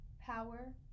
power